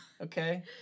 okay